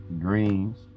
greens